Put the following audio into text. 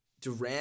Durant